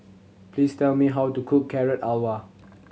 please tell me how to cook Carrot Halwa